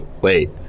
Wait